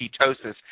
ketosis